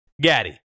Gaddy